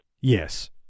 Yes